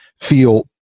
feel